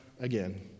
again